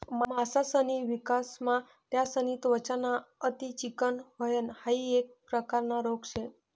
मासासनी विकासमा त्यासनी त्वचा ना अति चिकनं व्हयन हाइ एक प्रकारना रोग शे